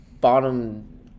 bottom